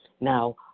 Now